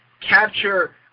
capture